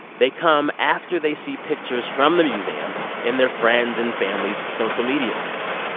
they come after they see pictures from the museum in their friends' and families' social media feeds.